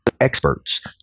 experts